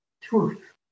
Truth